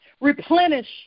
Replenish